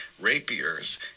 rapiers